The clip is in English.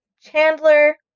Chandler